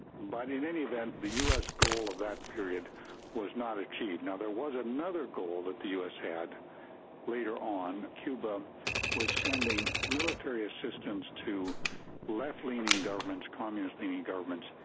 but, in any event, the us goal of that period was not achieved. now, there was another goal that the us had later on. cuba was sending military assistance to left-leaning governments, communist-leaning governments,